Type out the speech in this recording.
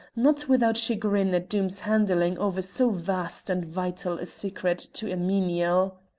not without chagrin at doom's handing over so vast and vital a secret to a menial.